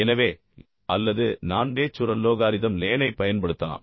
எனவே அல்லது நான் நேச்சுரல் லோகாரிதம் ln ஐப் பயன்படுத்தலாம்